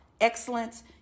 excellence